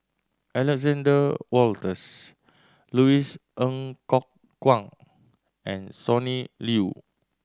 Alexander Wolters Louis Ng Kok Kwang and Sonny Liew